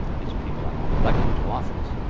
these people are not elected to office,